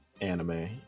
anime